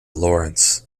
laurence